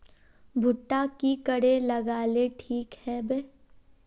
भुट्टा की करे लगा ले ठिक है बय?